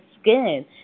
skin